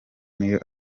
niyo